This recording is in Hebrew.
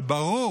אבל ברור